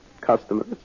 customers